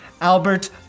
Albert